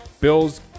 Bills